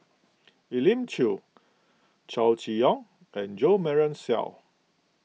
Elim Chew Chow Chee Yong and Jo Marion Seow